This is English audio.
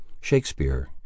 shakespeare